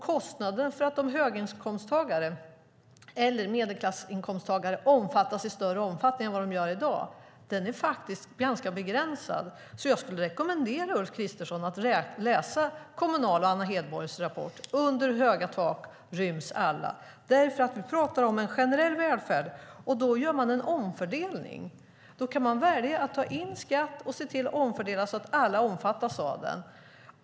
Kostnaden för att höginkomsttagare eller medelinkomsttagare omfattas i större omfattning än i dag är faktiskt ganska begränsad. Jag rekommenderar Ulf Kristersson att läsa Kommunals och Anna Hedborgs rapport Under höga tak ryms alla . Vi pratar om en generell välfärd, och då gör man en omfördelning. Då kan man välja att ta in skatt och se till att omfördela så att alla omfattas av den.